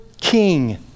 King